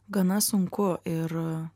gana sunku ir